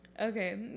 okay